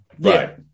right